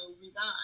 resign